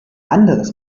anderes